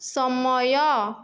ସମୟ